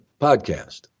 Podcast